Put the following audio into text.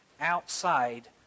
outside